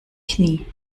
knie